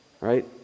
right